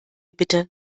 bitte